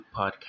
Podcast